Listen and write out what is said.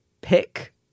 pick